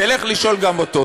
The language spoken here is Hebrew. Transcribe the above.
תלך לשאול גם אותו.